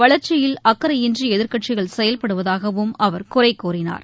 வளர்ச்சியில் அக்கறையின்றிஎதிர்க்கட்சிகள் செயல்படுவதாகவும் அவர் குறைகூறினார்